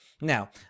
Now